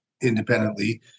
independently